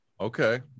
Okay